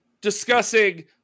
discussing